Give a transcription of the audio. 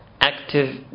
Active